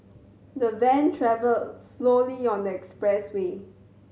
the van travelled slowly on the expressway